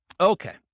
Okay